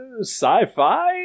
sci-fi